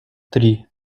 три